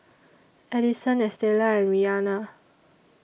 Adison Estela and Rihanna